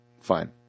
fine